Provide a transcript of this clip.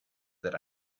that